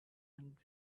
and